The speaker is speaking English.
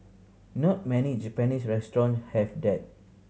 not many Japanese restaurant have that